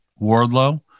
Wardlow